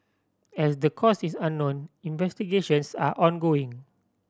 as the cause is unknown investigations are ongoing